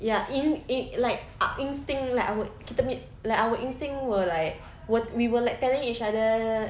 ya in in like uh instinct lah I would kita punya like our instinct were like were we were like telling each other